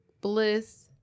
Bliss